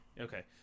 Okay